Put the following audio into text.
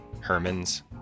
Herman's